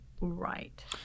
Right